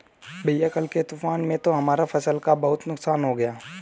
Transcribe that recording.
भैया कल के तूफान में तो हमारा फसल का बहुत नुकसान हो गया